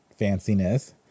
fanciness